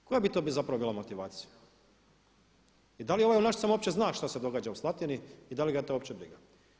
Koja bi to zapravo bila motivacija i da li ovaj u Našicama uopće zna što se događa u Slatini i da li ga je to uopće briga?